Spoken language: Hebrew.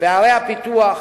בערי הפיתוח,